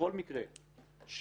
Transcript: שבכל מקרה שבו